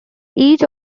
each